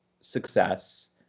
success